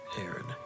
Aaron